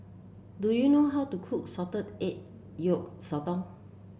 do you know how to cook Salted Egg Yolk Sotong